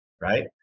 right